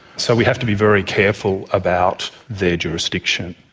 so we have to be very careful about their jurisdiction.